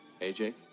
AJ